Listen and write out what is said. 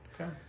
okay